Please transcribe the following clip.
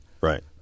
Right